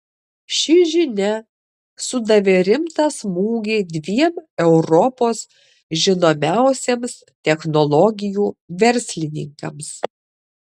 ši žinia sudavė rimtą smūgį dviem europos žinomiausiems technologijų verslininkams